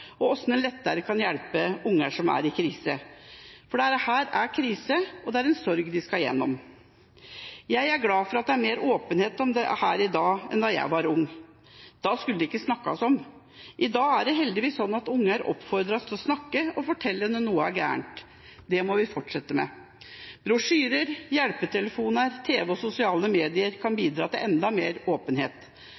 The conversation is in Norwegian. og hvordan en lettere kan hjelpe barn som er i krise. For dette er en krise, og det er en sorg de skal igjennom. Jeg er glad for at det er mer åpenhet om dette i dag enn da jeg var ung – da skulle dette ikke snakkes om. I dag er det heldigvis slik at barn oppfordres til å snakke og fortelle når noe er galt. Det må vi fortsette med. Brosjyrer, hjelpetelefoner, tv og sosiale medier kan bidra til enda mer åpenhet,